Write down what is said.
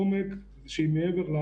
הכי פחות נדבקים הם אלו שעובדים במחלקות